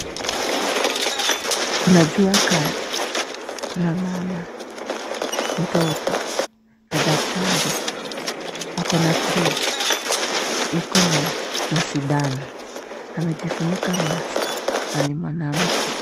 Kuna jua kali. Kuna mama, mtoto na daktari akona fridge ikona masindano, amejifunika mask na ni mwanamke.